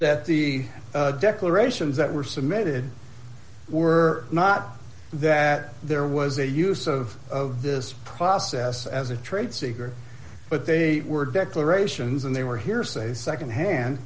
that the declarations that were submitted were not that there was a use of of this process as a trade secret but they were declarations and they were hearsay nd hand